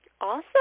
Awesome